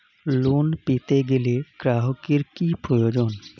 Loan পেতে গেলে গ্রাহকের কি প্রয়োজন?